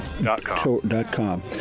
dot.com